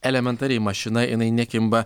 elementariai mašina jinai nekimba